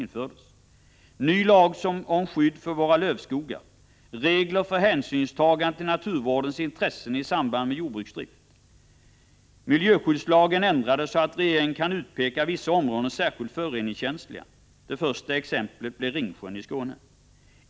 En ny lag för skydd av våra lövskogar, regler för hänsynstagande till naturvårdens intressen i samband med jordbruksdrift infördes. Miljöskyddslagen ändrades så, att regeringen kan utpeka vissa områden som särskilt föroreningskänsliga. Det första blev Ringsjön i Skåne.